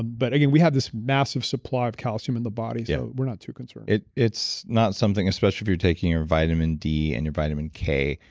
but again, we have this massive supply of calcium in the body so we're not too concerned it's not something, especially if you're taking your vitamin d and your vitamin k,